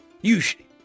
Usually